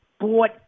bought